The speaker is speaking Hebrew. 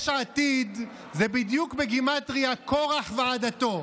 יש עתיד זה בדיוק בגימטרייה קרח ועדתו,